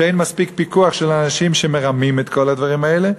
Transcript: שאין מספיק פיקוח של אנשים שמרמים בכל הדברים האלה,